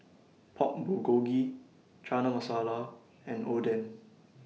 Pork Bulgogi Chana Masala and Oden